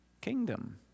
kingdom